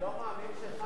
אני לא מאמין שש"ס,